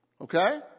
Okay